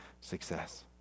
success